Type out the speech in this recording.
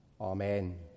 Amen